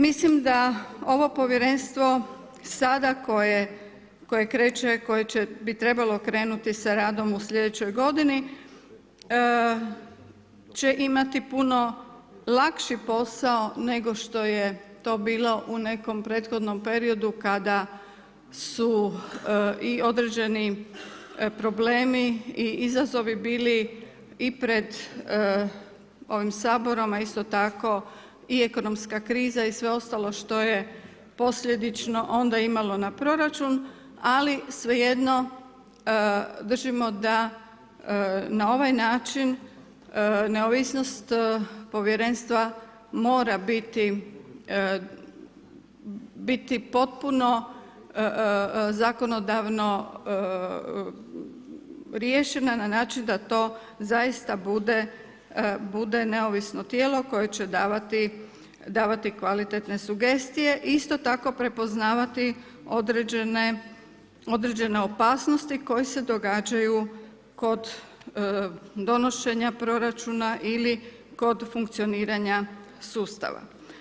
Mislim da ovo povjerenstvo sada koje kreće, koje bi trebalo krenuti sa radom u slijedećoj godini će imati puno lakši posao nego što je to bilo u nekom prethodnom periodu kada su i određeni problemi i izazovi bili i pred ovim Saborom, a isto tako i ekonomsko kriza i sve ostalo što je posljedično onda imalo na proračun, ali svejedno držimo da na ovaj način neovisnost povjerenstva mora biti potpuno zakonodavno riješena na način da to zaista bude neovisno tijelo koje će davati kvalitetne sugestije, isto tako prepoznavati određene opasnosti koje se događaju kod donošenja proračuna ili kod funkcioniranja sustava.